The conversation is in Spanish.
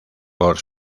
por